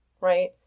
right